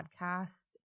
podcast